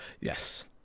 yes